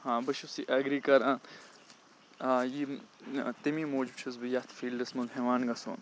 ہاں بہٕ چھُس یہِ ایٚگرِکَلان یہِ تمی موٗجوٗب چھُس بہٕ یَتھ فیٖلڈَس منٛز ہٮ۪وان گژھُن